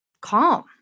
calm